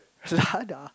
Lada